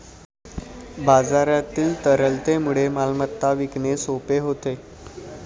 बाजारातील तरलतेमुळे मालमत्ता विकणे सोपे होते